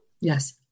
Yes